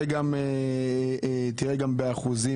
תראה גם באחוזים